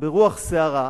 כרוח סערה,